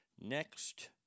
next